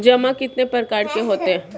जमा कितने प्रकार के होते हैं?